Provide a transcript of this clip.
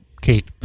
Kate